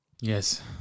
yes